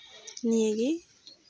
ᱱᱤᱭᱟᱹᱜᱮ